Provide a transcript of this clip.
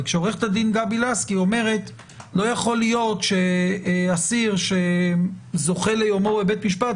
וכשעו"ד לסקי אומרת: לא יכול להיות שאסיר שזוכה ליומו בבית משפט,